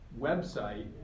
website